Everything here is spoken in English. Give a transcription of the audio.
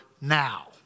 now